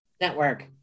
Network